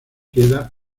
queda